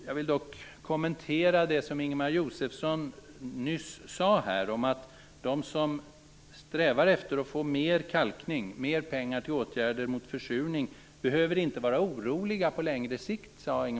Jag vill kommentera det som Ingemar Josefsson nyss sade om att de som strävar efter att få mer kalkning, mer pengar till åtgärder mot försurning, inte behöver vara oroliga på längre sikt.